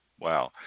wow